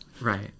Right